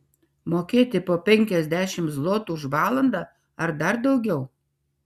mokėti po penkiasdešimt zlotų už valandą ar dar daugiau